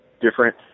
different